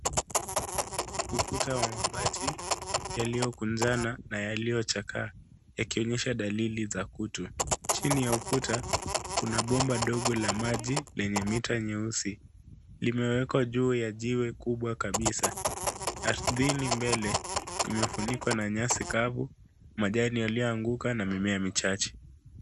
Ukuta wa mabati yaliyokunjana na yeliyochakaa, yakionyesha dalili za kutu. Chini ya ukuta, kuna bomba dogo ls maji lenye mita nyeusi, limewekwa juu ya jiwe kubwa kabisa. Ardhini mbele, imefunikwa na nyasi kavu, majani yaliyoanguka na mimea michache.